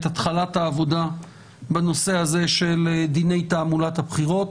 את התחלת העבודה בנושא הזה של דיני תעמולת הבחירות.